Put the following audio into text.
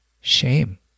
shame